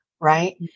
right